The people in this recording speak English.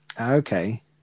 okay